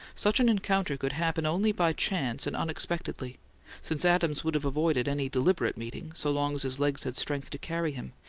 such an encounter could happen only by chance and unexpectedly since adams would have avoided any deliberate meeting, so long as his legs had strength to carry him,